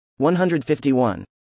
151